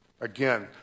Again